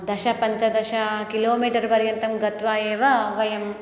दशपञ्चदश किलोमीटर्पर्यन्तं गत्वा एव वयम्